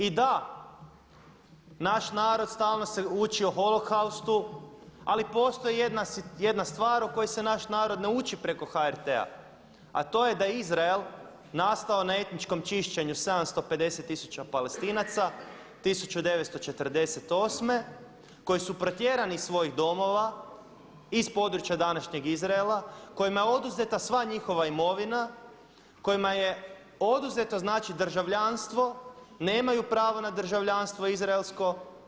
I da, naš narod stalno se učio holokaustu ali postoji jedna stvar o kojoj se naš narod ne uči preko HRT-a, a to je da je Izrael nastao na etničkom čišćenju 750000 Palestinaca 1948., koji su protjerani iz svojih domova iz područja današnjeg Izraela, kojima je oduzeta sva njihova imovina, kojima je oduzeto znači državljanstvo, nemaju pravo na državljanstvo izraelsko.